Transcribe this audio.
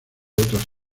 otras